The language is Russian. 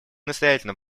настоятельно